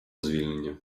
звільнення